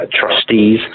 trustees